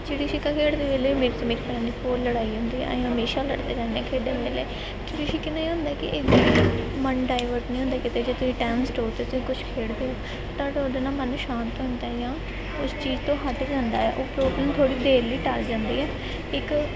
ਚਿੜੀ ਛਿੱਕਾ ਖੇਡਦੇ ਵੇਲੇ ਮੇਰੀ ਅਤੇ ਮੇਰੀ ਭੈਣ ਦੀ ਬਹੁਤ ਲੜਾਈ ਹੁੰਦੀ ਆ ਅਸੀਂ ਹਮੇਸ਼ਾ ਲੜਦੇ ਰਹਿੰਦੇ ਨੇ ਖੇਡਣ ਵੇਲੇ ਚਿੜੀ ਛਿੱਕੇ ਨਾਲ ਇਹ ਹੁੰਦਾ ਕਿ ਮਨ ਡਾਈਵਰਟ ਨਹੀਂ ਹੁੰਦਾ ਕਿਤੇ ਜੇ ਤੁਸੀਂ ਟਾਈਮ ਸਟੋਟ 'ਤੇ ਕੁਛ ਖੇਡਦੇ ਹੋ ਤੁਹਾਡਾ ਉਹਦੇ ਨਾਲ ਮਨ ਸ਼ਾਂਤ ਹੁੰਦਾ ਜਾਂ ਉਸ ਚੀਜ਼ ਤੋਂ ਹੱਟ ਜਾਂਦਾ ਆ ਉਹ ਪ੍ਰੋਬਲਮ ਥੋੜ੍ਹੀ ਦੇਰ ਲਈ ਟਲ ਜਾਂਦੀ ਹੈ ਇੱਕ